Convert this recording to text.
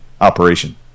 operation